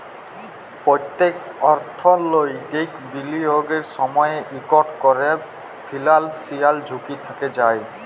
প্যত্তেক অর্থলৈতিক বিলিয়গের সময়ই ইকট ক্যরে ফিলান্সিয়াল ঝুঁকি থ্যাকে যায়